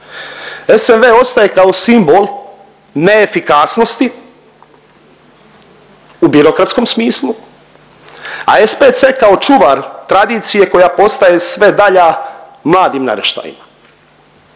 SNV ostaje kao simbol neefikasnosti u birokratskom smislu, a SPC kao čuvar tradicije koja postaje sve dalja mladim naraštajima